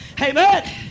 Amen